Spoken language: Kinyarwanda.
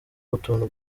utuntu